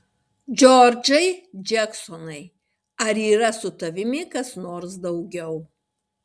džordžai džeksonai ar yra su tavimi kas nors daugiau